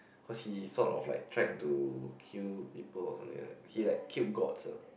cause he sort of like tried to kill people or something like that he like killed gods ah